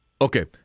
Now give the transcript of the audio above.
Okay